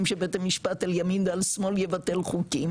שבית המשפט על ימין ועל שמאל יבטל חוקים